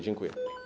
Dziękuję.